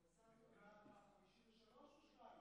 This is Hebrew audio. הנדסת תודעה 53 או 52?